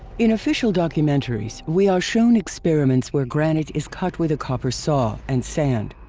in official documentaries, we are shown experiments where granite is cut with a copper saw and sand.